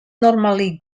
normally